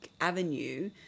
avenue